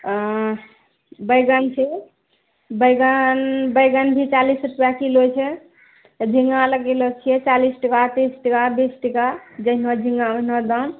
बैगन छै बैगन बैगन भी चालीस रुपआ किलो छै झींगा लगेलो छियै चालीस टाका तीस टाका बीस टाका जेहनो झींगा ओहनो दाम